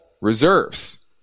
reserves